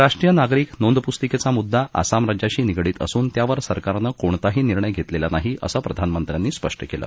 राष्ट्रीय नागरीक नोंद पुस्तिकेचा मुददा आसाम राज्याशी निगडीत असून त्यावर सरकारनं कोणताही निर्णय घेतलेला नाही असं प्रधानमंत्र्यांनी स्पष्ट केलं